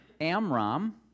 Amram